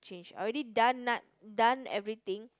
change I already done nut done everything